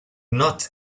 not